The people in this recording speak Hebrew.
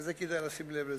וכדאי לשים לב לזה,